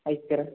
ಐತೆ ಸರ